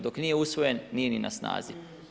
Dok nije usvojen nije ni na snazi.